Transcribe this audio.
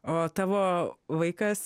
o tavo vaikas